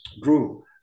grew